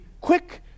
quick